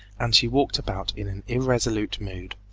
and she walked about in an irresolute mood.